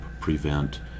prevent